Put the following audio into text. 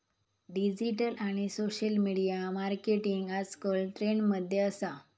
digital आणि social media marketing आजकल trend मध्ये असा